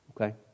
Okay